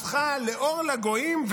הפכה לאור לגויים,